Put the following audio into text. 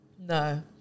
No